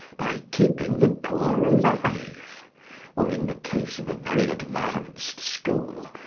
by keeping the poor alive or, in the case of a very advanced school,